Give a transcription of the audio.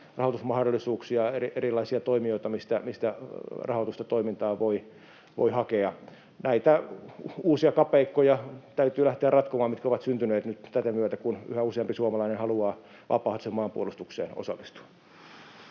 rahoitusmahdollisuuksia, erilaisia toimijoita, mistä rahoitusta toimintaan voi hakea. Täytyy lähteä ratkomaan näitä uusia kapeikkoja, mitkä ovat syntyneet nyt tätä myötä, kun yhä useampi suomalainen haluaa vapaaehtoiseen maanpuolustukseen osallistua.